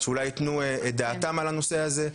שאולי ייתנו את דעתם על הנושא הזה.